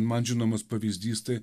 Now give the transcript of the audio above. man žinomas pavyzdys tai